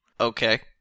Okay